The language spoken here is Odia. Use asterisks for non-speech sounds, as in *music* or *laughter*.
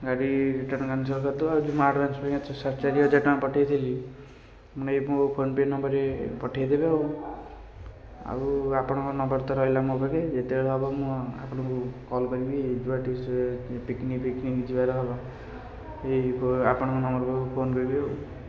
ଗାଡ଼ି ରିଟର୍ନ କ୍ୟାନ୍ସଲ୍ କରିଦେବ ଆଉ ଆଡ଼ଭାନ୍ସରେ ଯେଉଁ ସାଢ଼େ ଚାରି ହଜାର ପଠେଇଥିଲି ନେଇ ମୋ ଫୋନ୍ ପେ' ନମ୍ବରରେ ପଠେଇ ଦେବେ ଆଉ ଆଉ ଆପଣଙ୍କ ନମ୍ବର ତ ରହିଲା ମୋ ପାଖେ ଯେତେବେଳେ ହବ ମୁଁ ଆପଣଙ୍କୁ କଲ୍ କରିବି ଯୁଆଡ଼େ *unintelligible* ପିକନିକ୍ ଫିକନିକ୍ ଯିବାର ହବ ଏଇ ଆପଣଙ୍କ ନମ୍ବରକୁ ଫୋନ୍ କରିବି ଆଉ